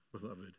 beloved